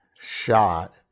shot